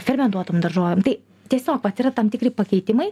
fermentuotom daržovėm tai tiesiog vat yra tam tikri pakeitimai